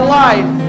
life